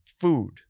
food